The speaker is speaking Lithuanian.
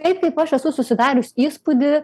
taip kaip aš esu susidarius įspūdį